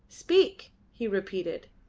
speak! he repeated.